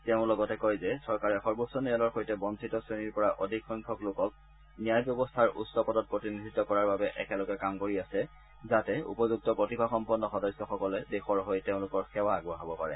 তেওঁ লগতে কয় যে চৰকাৰে সৰ্বোচ্চ ন্যায়ালয়ৰ সৈতে বঞ্চিত শ্ৰেণীৰ পৰা অধিকসংখ্যক লোকক ন্যায় ব্যৱস্থাৰ উচ্চ পদত প্ৰতিনিধিত্ব কৰাৰ বাবে একেলগে কাম কৰি আছে যাতে উপযুক্ত প্ৰতিভাসম্পন্ন সদস্যসকলে দেশৰ হৈ তেওঁলোকৰ সেৱা আগবঢ়াব পাৰে